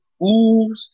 oohs